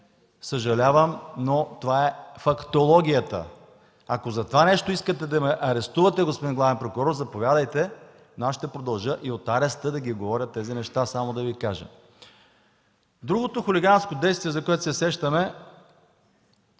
съжалявам! Но това е фактологията. Ако за това нещо искате да ме арестувате, господин главен прокурор, заповядайте, но аз ще продължа и от ареста да ги говоря тези неща, само да Ви кажа. Другото хулиганско действие, за което се сещам,